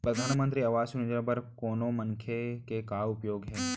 परधानमंतरी आवास योजना बर कोनो मनखे के का योग्यता हे?